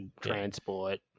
transport